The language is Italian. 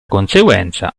conseguenza